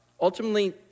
ultimately